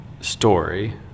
story